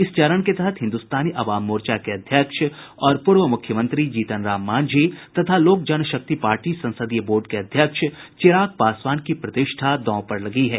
इस चरण के तहत हिन्दुस्तानी अवाम मोर्चा के अध्यक्ष और पूर्व मुख्यमंत्री जीतनराम मांझी तथा लोक जनशक्ति पार्टी संसदीय बोर्ड के अध्यक्ष चिराग पासवान की प्रतिष्ठा दांव पर लगी है